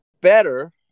better